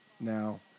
now